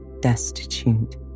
destitute